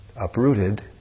uprooted